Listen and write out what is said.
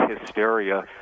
hysteria